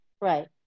right